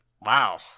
wow